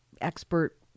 expert